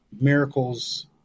Miracles